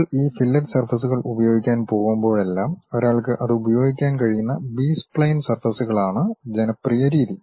നിങ്ങൾ ഈ ഫില്ലറ്റ് സർഫസ്കൾ ഉപയോഗിക്കാൻ പോകുമ്പോഴെല്ലാം ഒരാൾക്ക് അത് ഉപയോഗിക്കാൻ കഴിയുന്ന ബി സ്പ്ലൈൻ സർഫസ്കളാണ് ജനപ്രിയ രീതി